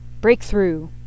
Breakthrough